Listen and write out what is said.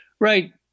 Right